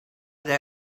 they